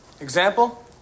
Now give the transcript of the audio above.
Example